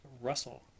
Russell